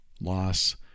Loss